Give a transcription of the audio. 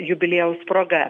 jubiliejaus proga